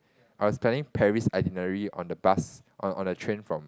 I was planning Paris itinerary on the bus on on the train from